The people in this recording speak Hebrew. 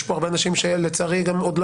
יש פה הרבה אנשים שלצערי גם עוד לא